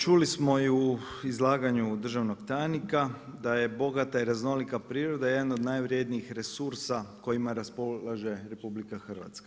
Čuli smo u izlaganju državnog tajnika da je bogata i raznolika priroda jedan od najvrjednijih resursa kojima raspolaže RH.